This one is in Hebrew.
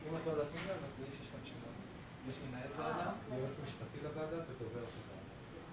אם אנחנו משווים את עצמנו לשוויץ שהיא מדינה באותו סדר גודל כמו שלנו,